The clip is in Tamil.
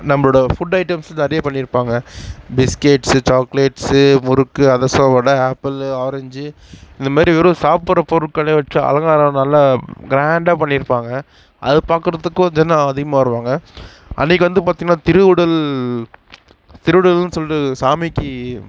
நம்பளோடய ஃபுட் ஐட்டம்ஸ் நிறையா பண்ணியிருப்பாங்க biscuits chocolates murukku adhirasam vada apple orange இந்தமாரி வெறும் சாப்புடற பொருட்களை வச்சுஅலங்காரம் நல்லா கிராண்டாக பண்ணியிருப்பாங்க அது பார்க்குறதுக்கும் தினம் அதிகமாக வருவாங்க அன்றைக்கு வந்து பார்த்திங்கனா திருஉடல் திருஉடல்ன்னு சொல்லிகிட்டு சாமிக்கு